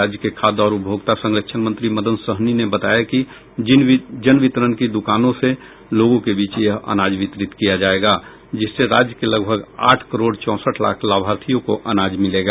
राज्य के खाद्य और उपभोक्ता संरक्षण मंत्री मदन सहनी ने बताया कि जन वितरण की दुकानों से लोगों के बीच यह अनाज वितरित किया जायेगा जिससे राज्य के लगभग आठ करोड़ चौंसठ लाख लाभार्थियों को अनाज मिलेगा